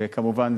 וכמובן,